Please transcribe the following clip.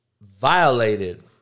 violated